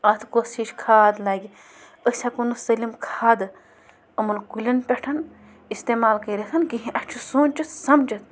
اَتھ کۄس ہِش کھاد لَگہِ أسۍ ہٮ۪کو نہٕ سٲلِم کھادٕ یِمَن کُلٮ۪ن پٮ۪ٹھ اِستعمال کٔرِتھ کِہیٖنۍ اَسہِ چھُ سونٛچِتھ سَمجِتھ